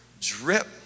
drip